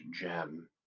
gem